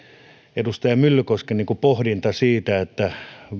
edustaja myllykosken pohdinta siitä